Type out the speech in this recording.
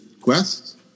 quest